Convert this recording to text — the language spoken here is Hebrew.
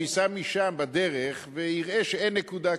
הוא ייסע משם בדרך ויראה שאין נקודה כזאת.